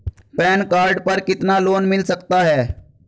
Pan card पर कितना loan मिल सकता है?